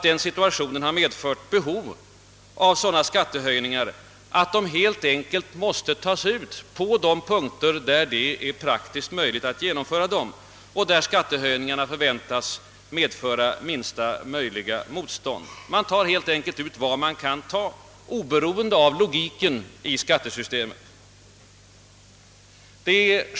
Den situationen har medfört behov av sådana skattehöjningar, att de helt enkelt måste tas ut på sådana punkter där detta är praktiskt möjligt och där höjningarna förväntas medföra minsta motstånd. Man tar helt enkelt ut vad man kan ta ut, oberoende av logiken i skattesystemet.